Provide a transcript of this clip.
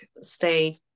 stay